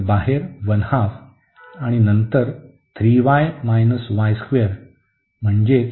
तर बाहेर आणि नंतर म्हणजेच इंटिग्रन्ड आणि dy